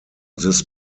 this